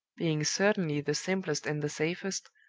being certainly the simplest and the safest,